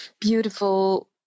beautiful